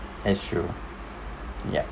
that's true yup